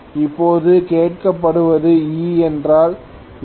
இப்போது கேட்கப்படுவது E என்றால் என்ன